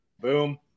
Boom